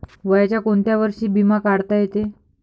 वयाच्या कोंत्या वर्षी बिमा काढता येते?